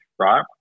right